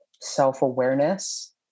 self-awareness